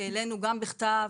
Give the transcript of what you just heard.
העלינו גם בכתב.